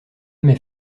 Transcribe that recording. met